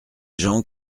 gens